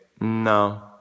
no